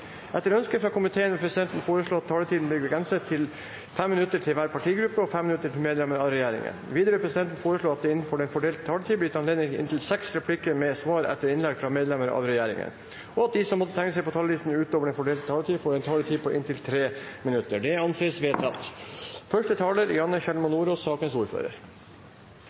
Etter ønske fra næringskomiteen vil presidenten foreslå at taletiden blir begrenset til 5 minutter til hver partigruppe og 5 minutter til medlemmer av regjeringen. Videre vil presidenten foreslå at det – innenfor den fordelte taletid – blir gitt anledning til inntil seks replikker med svar etter innlegg fra medlemmer av regjeringen, og at de som måtte tegne seg på talerlisten utover den fordelte taletid, får en taletid på inntil 3 minutter. – Det anses vedtatt. Første taler er representanten Gunnar Gundersen, som får ordet på vegne av sakens